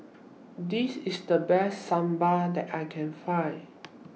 This IS The Best Sambar that I Can Find